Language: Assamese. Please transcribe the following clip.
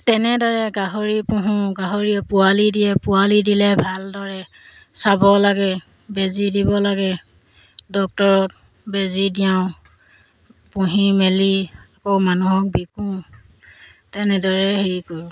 তেনেদৰে গাহৰি পোহোঁ গাহৰিয়ে পোৱালি দিয়ে পোৱালি দিলে ভালদৰে চাব লাগে বেজী দিব লাগে ডক্টৰত বেজী দিয়াওঁ পুহি মেলি আকৌ মানুহক বিকো তেনেদৰে হেৰি কৰোঁ